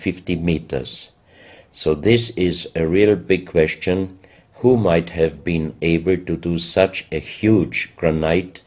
fifty meet us so this is a really big question who might have been able to do such a huge crime night